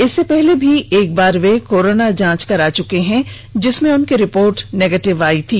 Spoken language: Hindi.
इससे पहले भी एक बार वे कोरोना जांच करा चुके हैं जिसमें उनकी रिपोर्ट निगेटिव आई थी